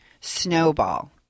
snowball